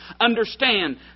understand